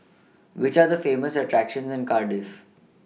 Which Are The Famous attractions in Cardiff